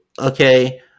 okay